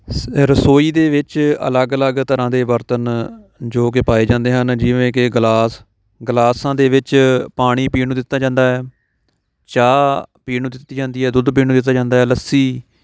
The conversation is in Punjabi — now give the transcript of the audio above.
ਸ ਰਸੋਈ ਦੇ ਵਿੱਚ ਅਲੱਗ ਅਲੱਗ ਤਰ੍ਹਾਂ ਦੇ ਬਰਤਨ ਜੋ ਕਿ ਪਾਏ ਜਾਂਦੇ ਹਨ ਜਿਵੇਂ ਕਿ ਗਲਾਸ ਗਲਾਸਾਂ ਦੇ ਵਿੱਚ ਪਾਣੀ ਪੀਣ ਨੂੰ ਦਿੱਤਾ ਜਾਂਦਾ ਹੈ ਚਾਹ ਪੀਣ ਨੂੰ ਦਿੱਤੀ ਜਾਂਦੀ ਹੈ ਦੁੱਧ ਪੀਣ ਨੂੰ ਦਿੱਤਾ ਜਾਂਦਾ ਆ ਲੱਸੀ